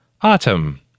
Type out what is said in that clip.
Autumn